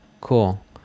cool